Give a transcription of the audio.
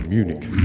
Munich